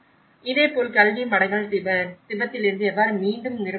இதேபோல் கல்வி மடங்கள் திபெத்திலிருந்து எவ்வாறு மீண்டும் நிறுவப்பட்டன